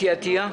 אתי עטייה.